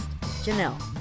Janelle